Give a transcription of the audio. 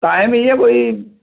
time इ'यै कोई